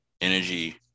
energy